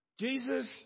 Jesus